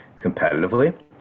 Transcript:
competitively